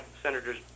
Senators